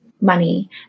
money